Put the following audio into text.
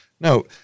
No